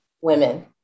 women